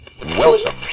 Welcome